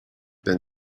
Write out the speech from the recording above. been